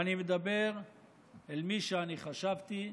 ואני מדבר אל מי שאני חשבתי,